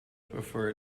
prefer